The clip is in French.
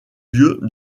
lieu